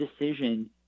decision